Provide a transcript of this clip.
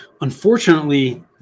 Unfortunately